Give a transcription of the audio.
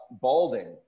balding